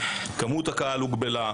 כמות הקהל הוגבלה.